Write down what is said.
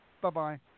Bye-bye